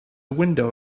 window